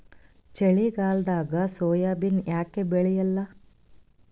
ಚಳಿಗಾಲದಾಗ ಸೋಯಾಬಿನ ಯಾಕ ಬೆಳ್ಯಾಲ?